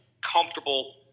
comfortable